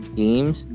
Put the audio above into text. games